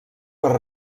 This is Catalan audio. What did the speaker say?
per